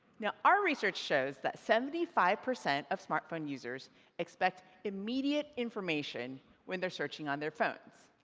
now our research shows that seventy five percent of smartphone users expect immediate information when they're searching on their phones.